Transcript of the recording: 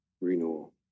renewal